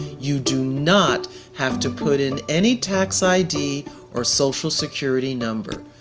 you do not have to put in any tax id or social security number.